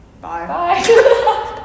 Bye